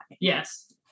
yes